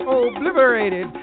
obliterated